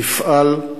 נפעל.